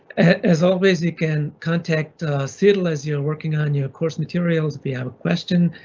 as always, you can contact cetl, as you're working on your course materials. if you have a question,